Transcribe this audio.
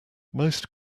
most